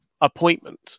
appointment